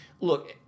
look